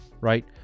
Right